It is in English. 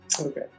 Okay